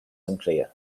unclear